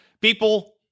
people